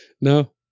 No